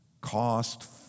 cost